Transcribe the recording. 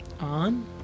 On